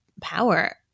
power